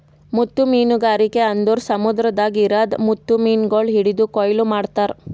ಮುತ್ತು ಮೀನಗಾರಿಕೆ ಅಂದುರ್ ಸಮುದ್ರದಾಗ್ ಇರದ್ ಮುತ್ತು ಮೀನಗೊಳ್ ಹಿಡಿದು ಕೊಯ್ಲು ಮಾಡ್ತಾರ್